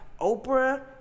Oprah